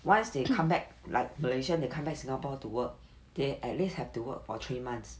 once they come back like malaysian they come back singapore to work they at least have to work for three months